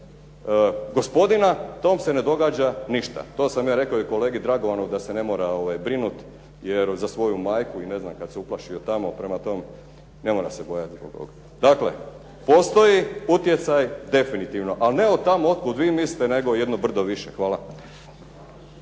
gospodina, tom se ne događa ništa. To sam ja rekao i kolegi Dragovanu da se ne mora brinuti za svoju majku kada se uplašio tamo. Prema tome, ne mora se bojati. Dakle, postoji utjecaj definitivno, ali ne od tamo od kuda vi mislite, nego jedno brdo više. Hvala.